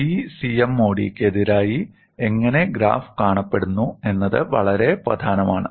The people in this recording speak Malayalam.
P CMOD യ്ക്കെതിരായി എങ്ങനെ ഗ്രാഫ് കാണപ്പെടുന്നു എന്നത് വളരെ പ്രധാനമാണ്